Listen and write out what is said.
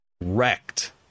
wrecked